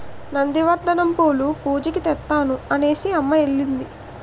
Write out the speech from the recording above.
నంది వర్ధనం పూలు పూజకి తెత్తాను అనేసిఅమ్మ ఎల్లింది